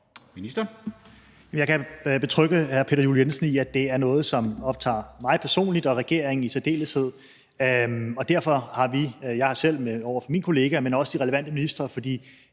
Jeg kan betrygge hr. Peter Juel-Jensen i, at det er noget, som optager mig personligt og regeringen i særdeleshed. Derfor har jeg selv rejst det over for min kollega, men det har også de relevante ministre, for i